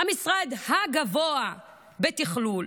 המשרד הגבוה בתכלול,